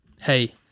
Hey